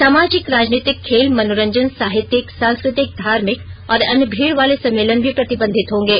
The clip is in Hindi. सामाजिक राजनीतिक खेल मनोरंजन साहित्यिक सांस्कृतिक धार्मिक और अन्य भीड़ वाले सम्मेलन भी प्रतिबंधित होंगे